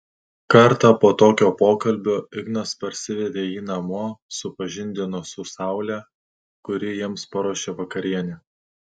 kartą po tokio pokalbio ignas parsivedė jį namo supažindino su saule kuri jiems paruošė vakarienę